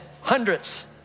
Hundreds